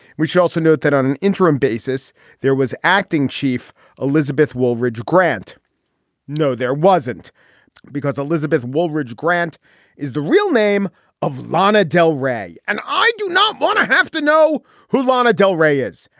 we should also note that on an interim basis there was acting chief elizabeth woolridge grant no there wasn't because elizabeth woolridge grant is the real name of lana del rey and i do not want to have to know who lana del rey is.